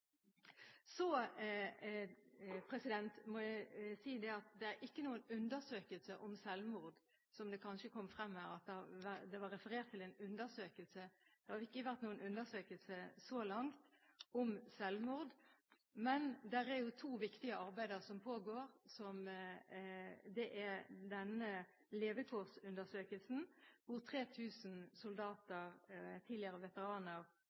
Så må jeg si at det er ikke noen undersøkelse om selvmord, som det kanskje har kommet frem her – det var referert til en undersøkelse. Det har ikke vært noen undersøkelse så langt om selvmord, men det er to viktige arbeider som pågår. Det er denne levekårsundersøkelsen, hvor over 3 000 soldater, tidligere veteraner,